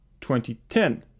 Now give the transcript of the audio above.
2010